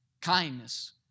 kindness